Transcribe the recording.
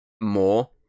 more